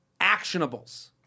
actionables